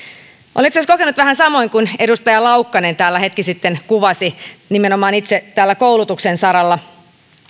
olen itse asiassa kokenut vähän samoin kuin edustaja laukkanen täällä hetki sitten kuvasi nimenomaan itse tällä koulutuksen saralla